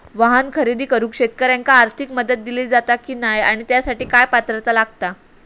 वाहन खरेदी करूक शेतकऱ्यांका आर्थिक मदत दिली जाता की नाय आणि त्यासाठी काय पात्रता लागता?